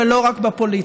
ולא רק בפוליטיקה.